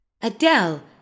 Adele